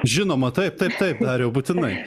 žinoma taip taip taip dariau būtinai